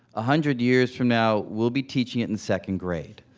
a hundred years from now, we'll be teaching it in second grade.